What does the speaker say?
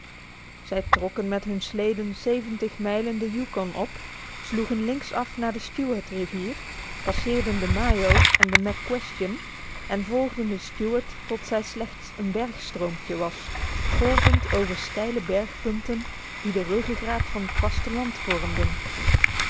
zij trokken met hun sleden zeventig mijlen de yukon op sloegen links af naar de stewart rivier passeerden de mayo en de mc question en volgden de stewart tot zij slechts een bergstroompje was golvend over steile bergpunten die de ruggegraat van het vasteland vormden